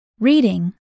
Reading